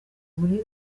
muri